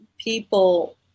people